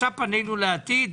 פנינו לעתיד.